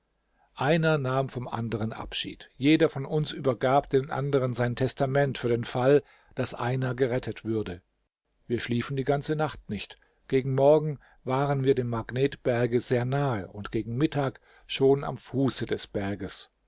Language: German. einer nahm vom anderen abschied jeder von uns übergab dem anderen sein testament für den fall daß einer gerettet würde wir schliefen die ganze nacht nicht gegen morgen waren wir dem magnetberge sehr nahe und gegen mittag schon am fuße des berges